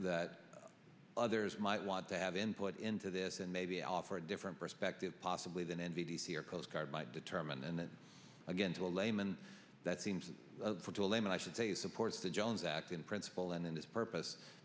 that others might want to have input into this and maybe offer a different perspective possibly than n b c or postcard might determine and then again to a layman that seems to a layman i should say supports the jones act in principle and in this purpose